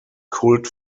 cult